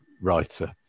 writer